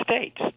states